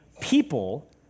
people